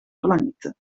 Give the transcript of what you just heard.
planeten